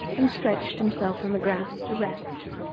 and stretched himself on the grass to rest.